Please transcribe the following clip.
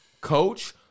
coach